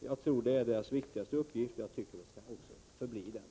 Jag tror det är deras viktigaste uppgift, och jag tycker den skall förbli det.